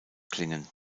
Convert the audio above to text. klingen